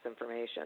information